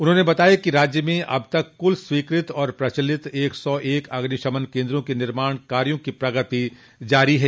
उन्होंने बताया कि प्रदेश में अब तक कुल स्वीकृत और प्रचलित एक सौ एक अग्निशमन केन्द्रों के निर्माण कार्यो की प्रगति जारी है